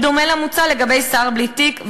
בדומה למוצע לגבי שר בלי תיק,